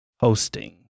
hosting